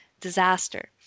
disaster